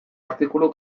artikulu